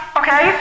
okay